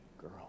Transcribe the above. girl